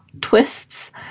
twists